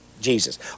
Jesus